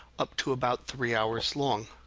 up to about three hours long.